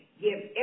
Give